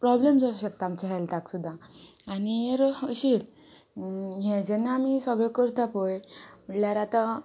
problem जावं शकता आमच्या हॅल्ताक सुद्दां आनीर अशें हें जेन्ना आमी सगळें करता पय म्हळ्ळ्यार आतां